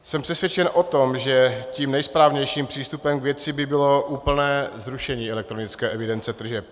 Jsem přesvědčen o tom, že tím nejsprávnějším přístupem k věci by bylo úplné zrušení elektronické evidence tržeb.